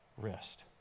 Rest